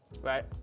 right